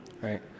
right